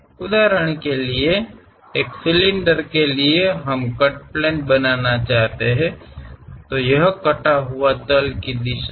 ಉದಾಹರಣೆಗೆ ಸಿಲಿಂಡರ್ಗಾಗಿ ನಾವು ಕತ್ತರಿಸಿದ ಸಮತಲವನ್ನು ಮಾಡಲು ಬಯಸುತ್ತೇವೆ ಇದು ಕಟ್ ಪ್ಲೇನ್ ದಿಕ್ಕು